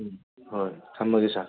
ꯎꯝ ꯍꯣꯏ ꯊꯝꯃꯒꯦ ꯁꯥꯔ